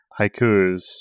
haikus